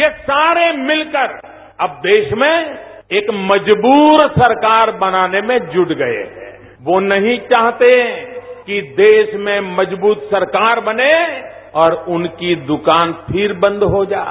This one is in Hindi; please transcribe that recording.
ये सारे मिलकर अब देश में एक मजबूर सरकार बनाने में जूट गए हैं वो नहीं चाहते कि देश में मजबूत सरकार बने और उनकी दुकान फिर बंद हो जाए